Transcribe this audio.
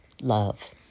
love